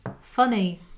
funny